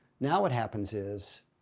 now what happens is.